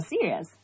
serious